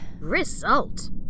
Result